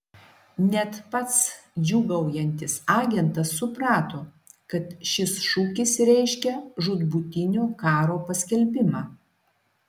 net pats džiūgaujantis agentas suprato kad šis šūkis reiškia žūtbūtinio karo paskelbimą